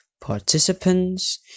participants